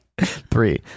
three